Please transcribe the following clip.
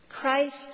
Christ